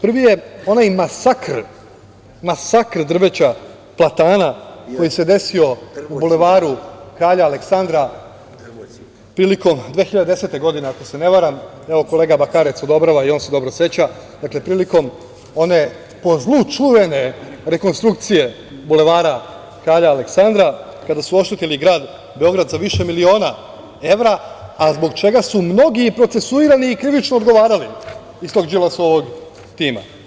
Prvi je onaj masakr drveća platana koji se desio u Bulevaru Kralja Aleksandra 2010. godine, ako se ne varam, evo, kolega Bakarec odobrava, i on se dobro seća, dakle, prilikom one po zlu čuvene rekonstrukcije Bulevara Kralja Aleksandra, kada su oštetili grad Beograd za više miliona evra, a zbog čega su mnogi procesuirani i krivično odgovarali iz tog Đilasovog tima.